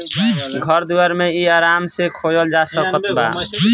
घर दुआर मे इ आराम से खोजल जा सकत बा